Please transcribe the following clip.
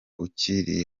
ukiri